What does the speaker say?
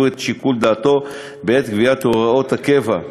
את שיקול דעתו בעת קביעת הוראות הקבע.